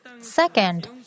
Second